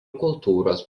kultūros